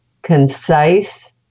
concise